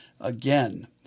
again